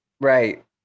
Right